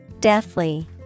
Deathly